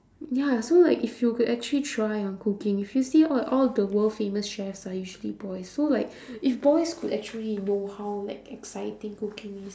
ya so like if you could actually try on cooking if you see all all the world-famous chefs are usually boys so like if boys could actually know how like exciting cooking is